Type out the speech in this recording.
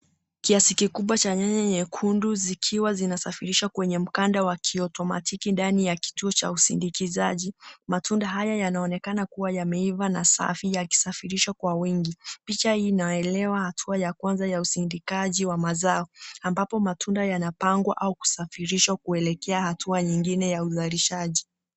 Kiasi kikubwa cha nyanya nyekundu zikiwa zinasafairishwa kwenye mkanda wa kiotomatiki ndani ya kituo cha usindikizaji. Matunda haya yanaonekana kuwa yameiva na safi yakisafirishwa kwa wingi. Picha hii inaelewa hatua ya kwanza ya usindikaji wa mazao ambapo matunda yanapangwa au kusafirishwa kuelekea hatua nyingine ya uzalishaji.